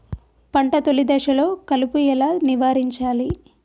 పంట తొలి దశలో కలుపు ఎలా నివారించాలి?